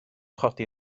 chodi